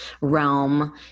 realm